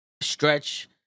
stretch